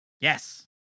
Yes